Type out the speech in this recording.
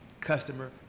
customer